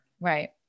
Right